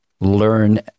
learn